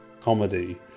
comedy